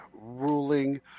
ruling